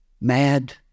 mad